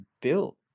built